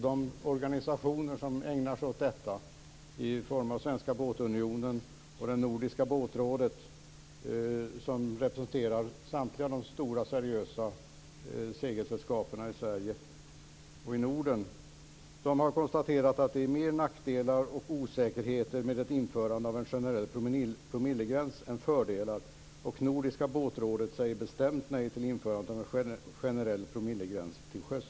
De organisationer som ägnar sig åt detta i form av Svenska Båtunionen och det nordiska båtrådet, som representerar samtliga stora seriösa segelsällskap i Sverige och i Norden, har konstaterat att det är fler nackdelar och mer osäkerhet med ett införande av en generell promillegräns än fördelar. Nordiska båtrådet säger bestämt nej till införandet av en generell promillegräns till sjöss.